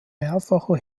mehrfacher